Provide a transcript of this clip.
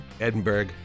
Edinburgh